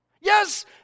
Yes